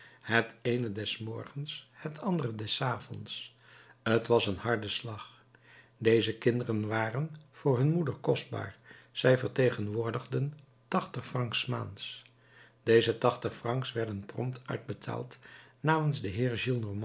het eene des morgens het andere des avonds t was een harde slag deze kinderen waren voor hun moeder kostbaar zij vertegenwoordigden tachtig francs s maands deze tachtig francs werden prompt uitbetaald namens den